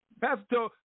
Pastor